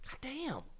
Goddamn